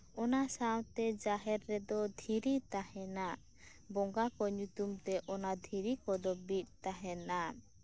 ᱚᱱᱟ ᱥᱟᱶᱛᱮ ᱡᱟᱦᱮᱨ ᱨᱮᱫᱚ ᱫᱷᱤᱨᱤ ᱛᱟᱦᱮᱱᱟ ᱵᱚᱸᱜᱟᱠᱚ ᱧᱩᱛᱩᱢ ᱛᱮ ᱚᱱᱟ ᱫᱷᱤᱨᱤ ᱠᱚᱫᱚ ᱵᱤᱫ ᱛᱟᱦᱮᱱᱟ